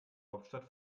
hauptstadt